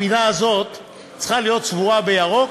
הפינה הזאת צריכה להיות צבועה בירוק,